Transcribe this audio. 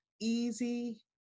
easy